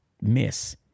miss